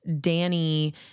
Danny